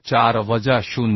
4 वजा 0